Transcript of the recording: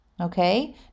Okay